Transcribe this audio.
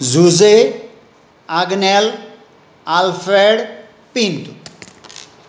Jose Agnel Alfred pint